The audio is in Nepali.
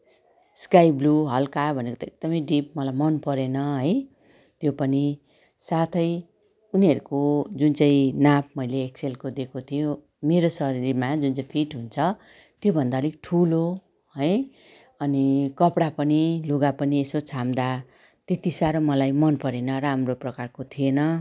स्काइ ब्लू हल्का भनेको त एकदमै डिप मलाई मन परेन है त्यो पनि साथै उनीहरूको जुन चाहिँ नाप मैले एक्सएलको दिएको थियो मेरो शरीरमा जुन चाहिँ फिट हुन्छ त्योभन्दा अलिक ठुलो है अनि कपडा पनि लुगा पनि यसो छाम्दा त्यति साह्रो मलाई मन परेन राम्रो प्रकारको थिएन